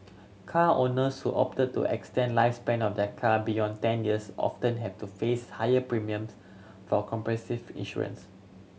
car owners who opt to extend lifespan of their car beyond ten years often have to face higher premiums for comprehensive insurance